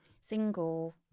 Single